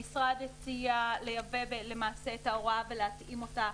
המשרד הציע לייבא את ההוראה ולהתאים אותה